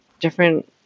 different